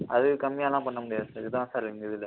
அதுக்கு கம்மியாலாம் பண்ண முடியாது சார் இதுதான் சார் எங்கள் இதில்